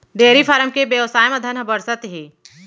dairy farm के बेवसाय म धन ह बरसत हे